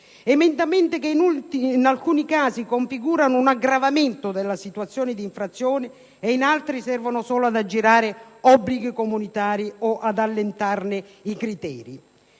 emendamenti che in alcuni casi configurano un aggravamento della situazione di infrazione e che in altri servono solo ad aggirare obblighi comunitari o ad allentarne i criteri;